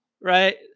right